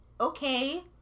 Okay